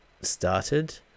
started